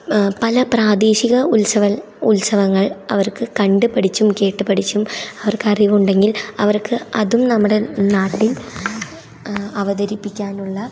പല പ്രാദേശിക ഉത്സവൽ ഉത്സവങ്ങൾ അവർക്ക് കണ്ടുപഠിച്ചും കേട്ടു പഠിച്ചും അവർക്കറിവുണ്ടെങ്കിൽ അവർക്ക് അതും നമ്മുടെ നാട്ടിൽ അവതരിപ്പിക്കാനുള്ള